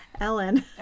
Ellen